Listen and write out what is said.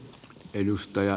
kiitos